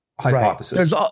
hypothesis